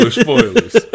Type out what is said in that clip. spoilers